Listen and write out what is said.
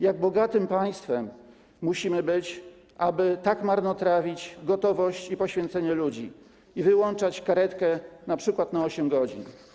Jak bogatym państwem musimy być, aby tak marnotrawić gotowość i poświęcenie ludzi i wyłączać karetkę np. na 8 godzin?